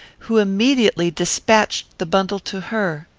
who immediately despatched the bundle to her.